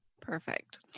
Perfect